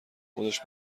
خودش